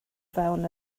fewn